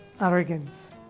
arrogance